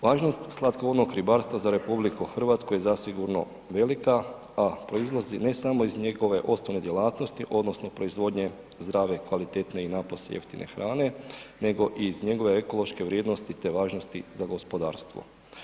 Važnost slatkovodnog ribarstva za RH je zasigurno velika a proizlazi ne samo iz njegove osnovne djelatnosti, odnosno proizvodnje zdrave, kvalitetne i napose jeftine hrane nego i iz njegove ekološke vrijednosti te važnosti za gospodarstvo.